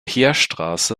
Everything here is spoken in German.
heerstraße